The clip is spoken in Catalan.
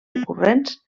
recurrents